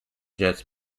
jets